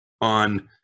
on